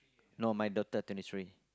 no my daughter twenty three